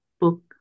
book